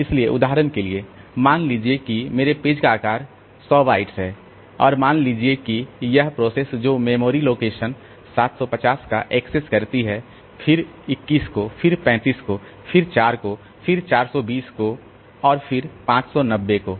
इसलिए उदाहरण के लिए मान लीजिए कि मेरे पेज का आकार 100 बाइट्स है और मान लीजिए कि यह प्रोसेस जो मेमोरी लोकेशन 750 को एक्सेस करती है फिर 21 को फिर 35 को फिर 4 को फिर 420 को और फिर 5 9 0 को